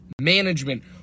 management